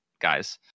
guys